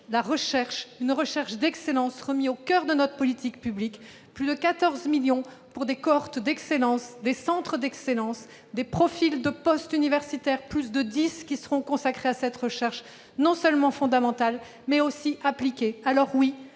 avec une recherche d'excellence, remise au coeur de notre politique publique : plus de 14 millions d'euros pour des cohortes d'excellence, des centres d'excellence, des profils de postes universitaires- plus de dix postes seront consacrés à la recherche non seulement fondamentale, mais aussi appliquée. Alors oui,